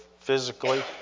Physically